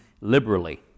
liberally